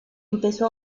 empezó